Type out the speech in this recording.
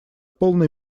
полной